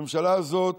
הממשלה הזאת